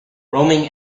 roaming